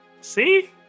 See